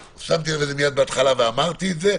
שמתי לב לזה מייד בהתחלה ואמרתי את זה,